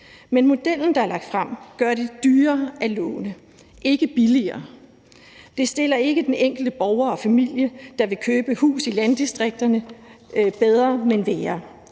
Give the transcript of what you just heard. Men modellen, der er lagt frem, gør det dyrere at låne, ikke billigere. Det stiller ikke den enkelte borger eller familie, der vil købe hus i landdistrikterne, bedre, men værre,